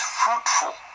fruitful